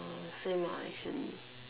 hmm same ah actually